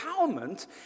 empowerment